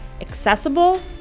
accessible